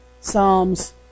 psalms